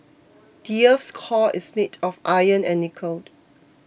the earth's core is made of iron and nickel